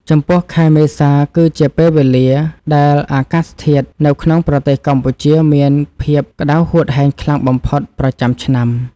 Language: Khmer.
ចំពោះ ខែមេសាគឺជាពេលវេលាដែលអាកាសធាតុនៅក្នុងប្រទេសកម្ពុជាមានភាពក្តៅហួតហែងខ្លាំងបំផុតប្រចាំឆ្នាំ។